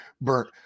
burnt